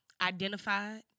identified